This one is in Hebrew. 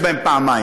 בלי התוספתי.